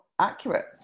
accurate